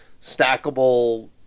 stackable